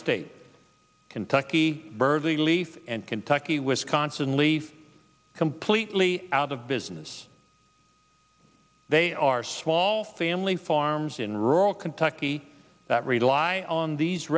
state kentucky derby leith and kentucky wisconsin leave completely out of business they are small family farms in rural kentucky that rely on these